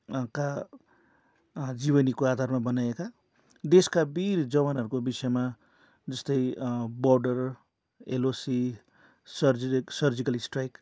का जीवनीको आधारमा बनाइएका देशका वीर जवानहरूको विषयमा जस्तै बर्डर एलओसी सर्जि सर्जिकल स्ट्राइक